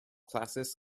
classes